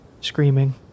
screaming